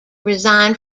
resign